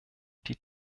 die